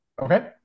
Okay